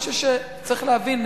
צריך להבין,